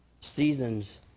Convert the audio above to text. Seasons